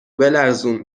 بلرزون